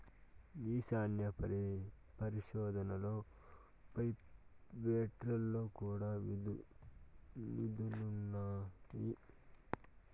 ఈ శాస్త్రీయ పరిశోదనలో ప్రైవేటోల్లు కూడా నిదులిస్తున్నారు